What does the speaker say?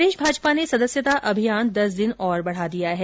प्रदेष भाजपा ने सदस्यता अभियान दस दिन और बढा दिया है